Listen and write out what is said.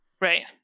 Right